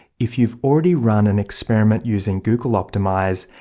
if you're already run an experiment using google optimize,